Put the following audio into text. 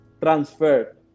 transfer